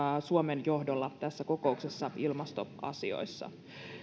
suomen johdolla tässä kokouksessa ilmastoasioissa